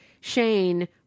shane